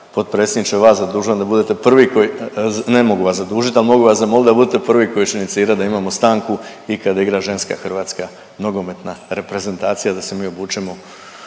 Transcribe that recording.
mogu vas zamolit da budete prvi koji će inicirat da imamo stanku i kad igra ženska hrvatska nogometna reprezentacija da se mi obučemo